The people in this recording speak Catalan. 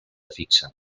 fixa